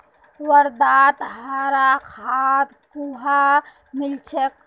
वर्धात हरा खाद कुहाँ मिल छेक